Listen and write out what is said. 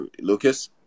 Lucas